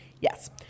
Yes